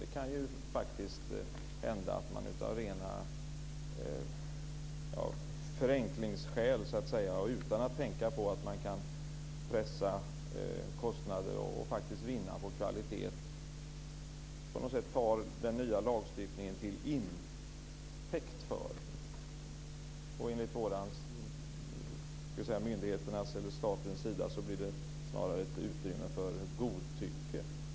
Det kan ju faktiskt hända att man av rena förenklingsskäl och utan att tänka på att man kan pressa kostnader och faktiskt vinna kvalitet på något sätt tar den nya lagstiftningen till intäkt för att låta bli, och enligt myndigheternas eller statens sida blir det snarare ett utrymme för godtycke.